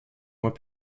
mois